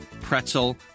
pretzel